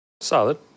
Solid